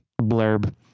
blurb